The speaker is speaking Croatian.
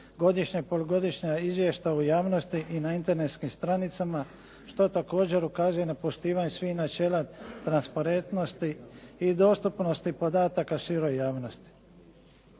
godišnja, polugodišnja izvješća u javnosti i na internetskim stranicama što također ukazuje na poštivanje svih načela transparentnosti i dostupnosti podataka široj javnosti.